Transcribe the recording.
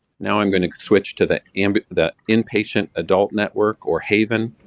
now, i'm going to switch to the and the inpatient adult network, or haiven.